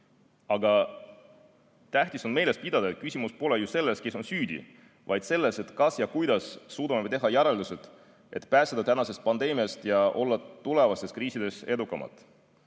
Aga tähtis on meeles pidada, et küsimus pole ju selles, kes on süüdi, vaid selles, kuidas me suudame teha järeldused, et pääseda tänasest pandeemiast ja olla tulevastes kriisides edukamad.